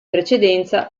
precedenza